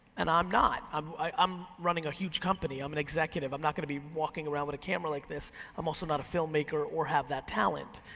i'm not, i'm i'm running a huge company, i'm an executive, i'm not gonna be walking around with a camera like this. i'm also not a filmmaker or have that talent.